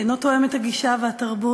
אינו תואם את הגישה והתרבות